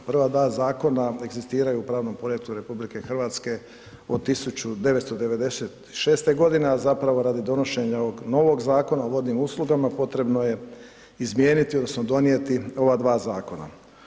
Prva dva zakona egzistiraju u pravnom poretku RH od 1996. godine, a zapravo radi donošenja ovog novog Zakona o vodnim uslugama potrebno je izmijeniti odnosno donijeti ova dva zakona.